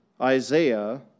Isaiah